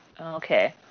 Okay